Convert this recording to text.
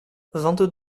vingt